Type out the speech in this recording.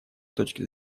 точки